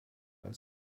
als